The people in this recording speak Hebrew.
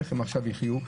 איך הם עכשיו יחיו?